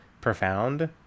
profound